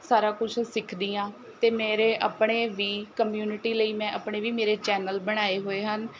ਸਾਰਾ ਕੁਛ ਸਿੱਖਦੀ ਹਾਂ ਅਤੇ ਮੇਰੇ ਆਪਣੇ ਵੀ ਕਮਿਉਨਟੀ ਲਈ ਮੈਂ ਆਪਣੇ ਵੀ ਮੇਰੇ ਚੈਨਲ ਬਣਾਏ ਹੋਏ ਹਨ